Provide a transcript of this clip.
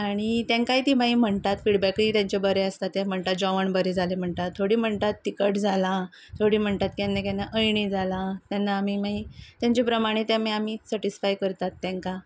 आनी तांकांय ती मागीर म्हणटात फिडबॅक तांचे बरे आसता ते म्हणटा जेवण बरें जालें म्हणटात थोडी म्हणटात तिकट जालां थोडी म्हणटात केन्ना केन्ना अयणी जालां तेन्ना आमी मागीर तांचे प्रमाणे ते आमी आमी सेटीसफाय करतात तांकां